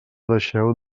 deixeu